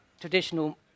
traditional